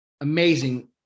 amazing